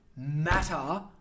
Matter